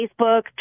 Facebook